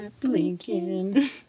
blinking